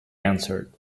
answered